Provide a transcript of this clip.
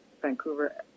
Vancouver